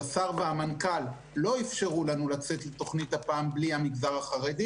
והשר והמנכ"ל לא אפשרו לנו לצאת עם התוכנית בלי המגזר החרדי